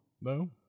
No